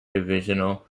divisional